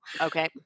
Okay